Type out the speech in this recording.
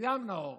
מרים נאור,